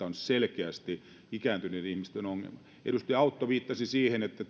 on selkeästi ikääntyneiden ihmisten ongelma edustaja autto viittasi siihen että